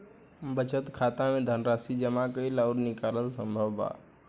बचत खाता में धनराशि जामा कईल अउरी निकालल संभव बा